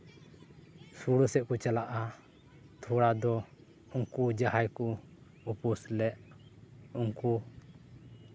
ᱥᱩᱲᱟᱹ ᱥᱮᱫᱠᱚ ᱪᱟᱞᱟᱜᱼᱟ ᱛᱷᱚᱲᱟ ᱫᱚ ᱩᱱᱠᱩ ᱡᱟᱦᱟᱸᱭ ᱠᱚ ᱩᱯᱟᱹᱥ ᱞᱮᱫ ᱩᱱᱠᱩ